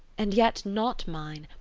and yet not mine!